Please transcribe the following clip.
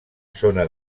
zona